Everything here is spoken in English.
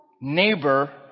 neighbor